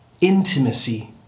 intimacy